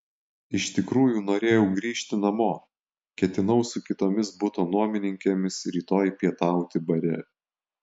iš tikrųjų norėjau grįžti namo ketinau su kitomis buto nuomininkėmis rytoj pietauti bare